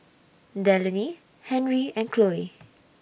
Delaney Henri and Khloe